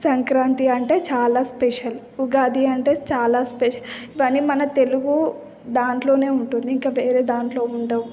సంక్రాంతి అంటే చాలా స్పెషల్ ఉగాది అంటే చాలా స్పెషల్ ఇవన్నీ మన తెలుగు దాంట్లోనే ఉంటుంది ఇంక వేరే దాంట్లో ఉండవు